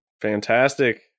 Fantastic